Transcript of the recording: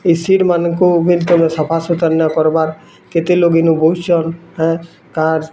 ଏଇ ସିଟ୍ମାନଙ୍କୁ ବେଲ୍ ତମେ ସଫା ସୁତର ନାଇଁ କର୍ବାର୍ କେତେ ଲୋକ ଏନୁ ବସୁଛନ୍ ଆ କାର୍